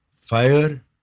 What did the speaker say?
fire